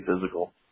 physical